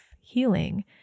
healing